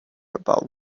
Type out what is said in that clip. about